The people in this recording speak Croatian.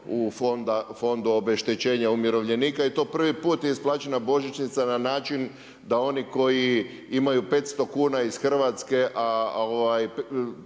u fondu obeštećenja umirovljenika i to je prvi puta isplaćena božićnica na način da oni koji imaju 500 kuna iz Hrvatske,